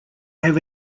have